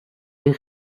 est